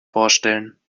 vorstellen